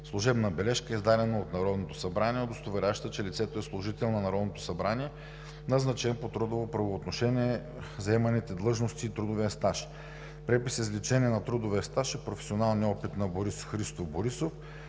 служебна бележка, издадена от Народното събрание, удостоверяваща, че лицето е служител на Народното събрание, назначен по трудово правоотношение на заеманите длъжности и трудовия стаж; препис-извлечение на трудовия стаж и професионалния опит на Борис Христов Борисов